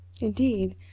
indeed